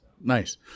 Nice